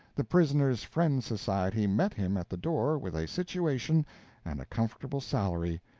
the prisoner's friend society met him at the door with a situation and a comfortable salary,